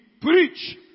preach